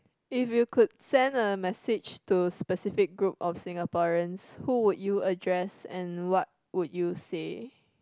if you could send a message to specific group of Singaporeans who would you address and what would you say